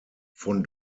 von